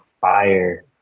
fire